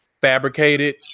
fabricated